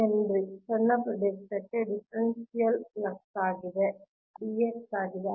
henry ಸಣ್ಣ ಪ್ರದೇಶಕ್ಕೆ differential flux dx ಆಗಿದೆ